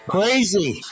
Crazy